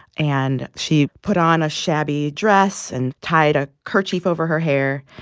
and she put on a shabby dress and tied a kerchief over her hair.